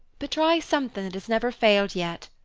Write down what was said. but try something that has never failed yet.